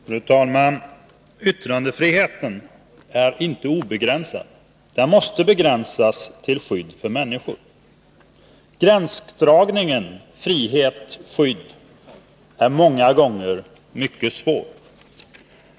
Fru talman! Yttrandefriheten är inte obegränsad. Den måste begränsas till skydd för människor. Gränsdragningen frihet-skydd är ofta mycket svår.